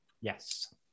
Yes